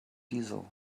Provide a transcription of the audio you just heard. diesel